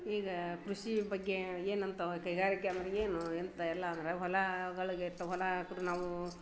ಈಗ ಕೃಷಿ ಬಗ್ಗೆ ಏನಂತಾವೆ ಕೈಗಾರಿಕೆ ಅಂದರೆ ಏನು ಎಂತ ಎಲ್ಲ ಅಂದರೆ ಹೊಲಗಳಿಗೆ ಎತ್ತು ಹೊಲ ಹಾಕಿದ್ರೆ ನಾವೂ